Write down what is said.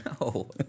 No